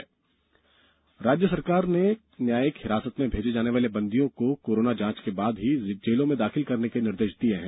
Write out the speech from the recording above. jail निर्देष राज्य सरकार ने न्यायिक हिरासत में भेजे जाने वाले बंदियों को कोरोना जांच के बाद ही जेलों में दाखिल करने के निर्देष दिये हैं